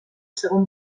segon